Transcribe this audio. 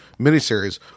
miniseries